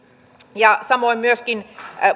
ja samoin myöskin